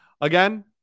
again